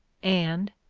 and,